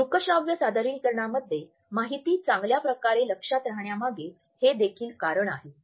दृकश्राव्य सादरीकरणामध्ये माहिती चांगल्या प्रकारे लक्षात रहाण्यामागे हे देखील कारण आहे